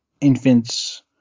infants